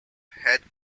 head